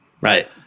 Right